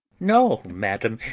no, madam,